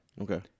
Okay